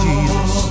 Jesus